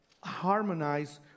harmonize